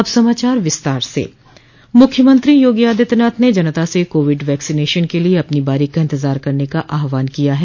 अब समाचार विस्तार से मुख्यमंत्री योगी आदित्यनाथ ने जनता से कोविड वैक्सीनेशन के लिए अपनी बारी का इंतजार करने का आहवान किया है